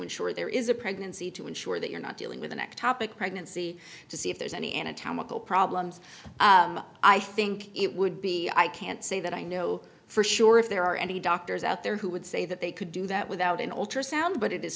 ensure there is a pregnancy to ensure that you're not dealing with an ectopic pregnancy to see if there's any anatomical problems i think it would be i can't say that i know for sure if there are any doctors out there who would say that they could do that without an ultrasound but it is